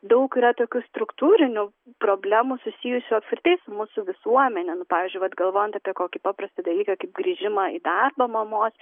daug yra tokių struktūrinių problemų susijusių apskritai su mūsų visuomene pavyzdžiui vat galvojant apie kokį paprastą dalyką kaip grįžimą į darbą mamos